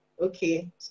okay